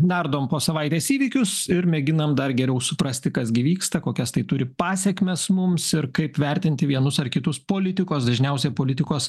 nardom po savaitės įvykius ir mėginam dar geriau suprasti kas gi vyksta kokias tai turi pasekmes mums ir kaip vertinti vienus ar kitus politikos dažniausiai politikos